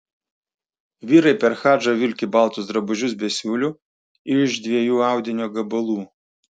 vyrai per hadžą vilki baltus drabužius be siūlių iš dviejų audinio gabalų